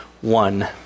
one